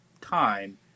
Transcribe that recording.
time